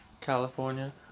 California